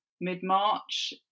mid-march